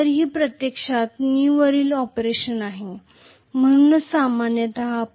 तर ही प्रत्यक्षात कनीवरील ऑपरेशन आहे म्हणूनच सामान्यत आपण DC मशीन चालवितो